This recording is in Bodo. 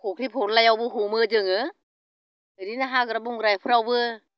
फुख्रि फलायावबो हमो जोङो ओरैनो हाग्रा बंग्राफोरावबो